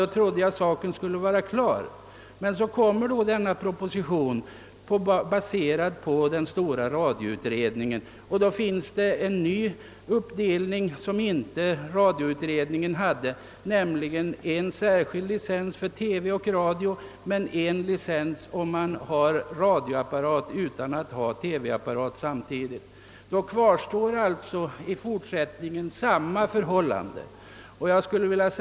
Då trodde jag att saken skulle vara klar, men nu framläggs denna proposition, baserad på radioutredningen, och i den föreslås en annan uppdelning än den radioutredningen förordat, nämligen en gemensam licens för TV och radio och en särskild licens för den som har radio utan att ha TV. I fortsättningen kvarstår alltså samma förhållande.